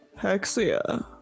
Hexia